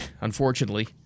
Unfortunately